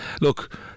look